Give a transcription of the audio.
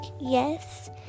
yes